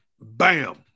Bam